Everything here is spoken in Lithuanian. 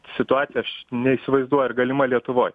situacija aš neįsivaizduoju ar galima lietuvoj